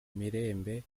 mirembe